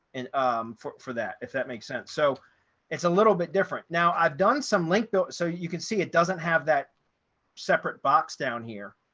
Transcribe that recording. and um for for that, if that makes sense. so it's a little bit different. now i've done some link built. so you can see it doesn't have that separate box down here.